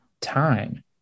time